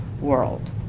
world